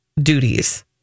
duties